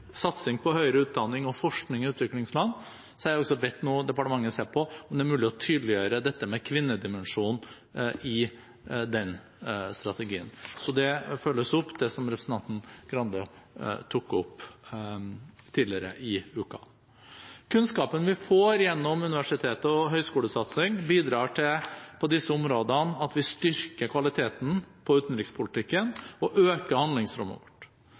satsing på høyere utdanning og forskning i utviklingsland, har jeg nå bedt departementet se på om det er mulig å tydeliggjøre kvinnedimensjonen i den strategien. Så det følges opp, det som representanten Skei Grande tok opp tidligere i uken. Kunnskapen vi får gjennom universitets- og høyskolesatsing på disse områdene, bidrar til at vi styrker kvaliteten på utenrikspolitikken og øker handlingsrommet vårt.